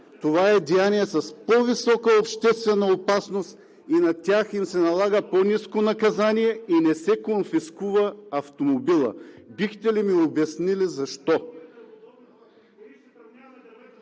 Това е деяние с по-висока обществена опасност, на тях им се налага по-ниско наказание и не се конфискува автомобилът. Бихте ли ми обяснили защо?